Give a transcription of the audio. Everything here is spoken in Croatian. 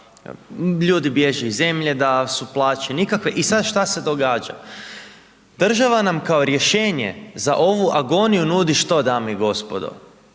ljudi bježe iz zemlje, da su plaće nikakve. I sad šta se događa? Država nam kao rješenje za ovu agoniju nudi što dame i gospodo?